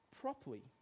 properly